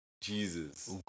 Jesus